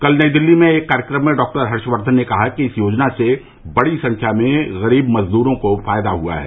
कल नई दिल्ली में एक कार्यक्रम में डॉक्टर हर्षकर्धन ने कहा कि इस योजना से बड़ी संख्या में गरीब मरीजों को फायदा पहुंचा है